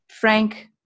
Frank